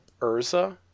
Urza